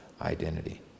identity